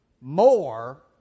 more